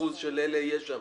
והאחוז של אלה יהיה שם,